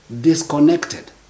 disconnected